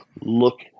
look